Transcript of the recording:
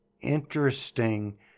interesting